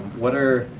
what are,